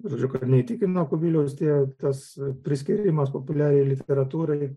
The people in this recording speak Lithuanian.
žodžiu kad neįtikino kubiliaus tie tas prisikyrimas populiariajai literatūrai